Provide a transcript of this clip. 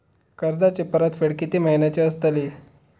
कर्जाची परतफेड कीती महिन्याची असतली?